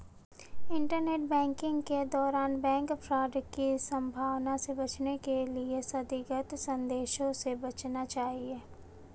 internet banking के दौरान bank fraud की संभावना से बचने के लिए संदिग्ध संदेशों से बचना चाहिए